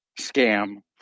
scam